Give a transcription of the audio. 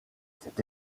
cette